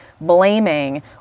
blaming